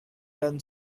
done